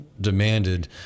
demanded